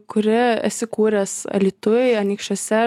kuri esi kūręs alytuj anykščiuose